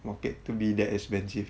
market to be that expensive